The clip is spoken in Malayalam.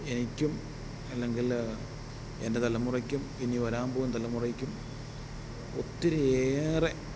എനിക്കും അല്ലെങ്കിൽ എൻ്റെ തലമുറയ്ക്കും ഇനി വരാൻ പോകുന്ന തലമുറയ്ക്കും ഒത്തിരി ഏറെ